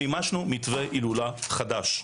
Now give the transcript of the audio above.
מימשנו מתווה הילולה חדש.